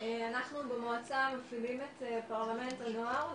אנחנו במועצה מפעילים את פרלמנט הנוער,